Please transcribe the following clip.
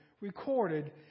recorded